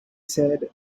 said